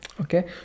Okay